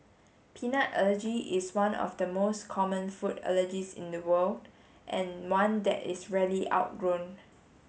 peanut allergy is one of the most common food allergies in the world and one that is rarely outgrown